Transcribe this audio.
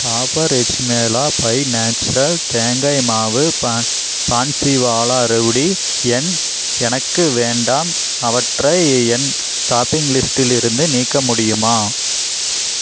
டாபர் ஹெஜ்மேளா by natural தேங்காய் மாவு ப பான்ஸிவாலா ரவுடி என் எனக்கு வேண்டாம் அவற்றை என் ஷாப்பிங் லிஸ்டிலிருந்து நீக்க முடியுமா